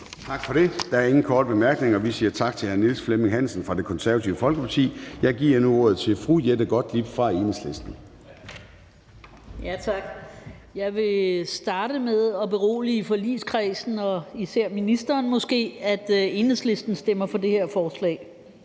Gade): Der er ingen korte bemærkninger. Vi siger tak til hr. Niels Flemming Hansen fra Det Konservative Folkeparti. Jeg giver nu ordet til fru Jette Gottlieb fra Enhedslisten. Kl. 10:25 (Ordfører) Jette Gottlieb (EL): Tak. Jeg vil starte med at berolige forligskredsen og måske især ministeren med, at Enhedslisten stemmer for det her forslag.